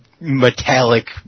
metallic